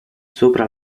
sopra